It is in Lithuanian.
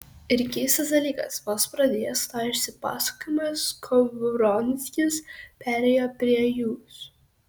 ir keistas dalykas vos pradėjęs tą išsipasakojimą skovronskis perėjo prie jūs